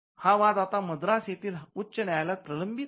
हा वाद आता मद्रास येथील उच्च न्यायालयात प्रलंबित आहे